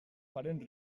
parent